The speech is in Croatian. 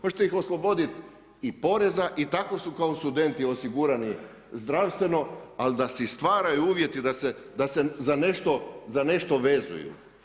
Možete ih osloboditi i poreza i tako su kao studenti osigurani zdravstveno, ali da si stvaraju uvjete da se za nešto vezuju.